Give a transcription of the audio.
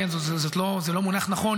זה לא מונח נכון,